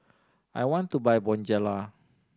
I want to buy Bonjela